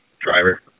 driver